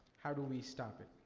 how do we stop it?